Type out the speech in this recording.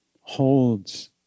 holds